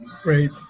Great